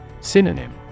Synonym